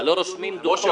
אבל לא רושמים דוחות.